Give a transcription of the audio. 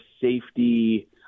safety